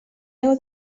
heu